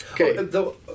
Okay